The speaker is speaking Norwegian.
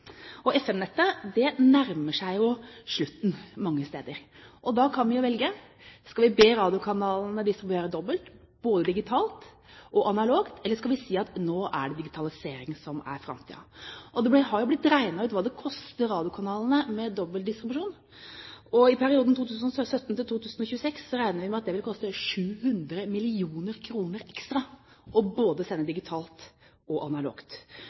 Og FM-nettet nærmer seg slutten mange steder. Da kan vi jo velge: Skal vi be radiokanalene distribuere dobbelt, både digitalt og analogt, eller skal vi si at nå er det digitalisering som er framtiden? Det har jo blitt regnet ut hva det koster radiokanalene med dobbelt distribusjon. I perioden 2017–2026 regner vi med at det vil koste 700 mill. kr ekstra å sende både digitalt og analogt.